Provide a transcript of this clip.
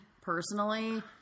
personally